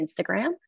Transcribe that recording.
Instagram